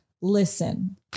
listen